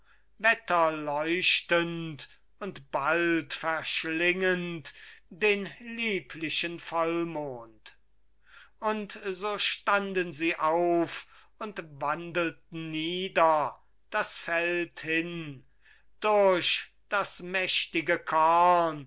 wetterleuchtend und bald verschlingend den lieblichen vollmond und so standen sie auf und wandelten nieder das feld hin durch das mächtige korn